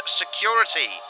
security